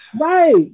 Right